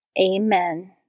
Amen